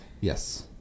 Yes